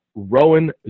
Rowan